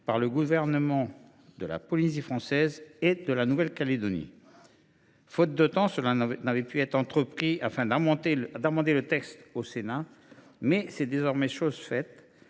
par les gouvernements de la Polynésie française et de la Nouvelle Calédonie. Faute de temps, ce travail n’avait pu être entrepris avant la première lecture au Sénat : c’est désormais chose faite.